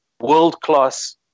world-class